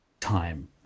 time